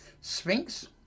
sphinx